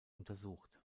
untersucht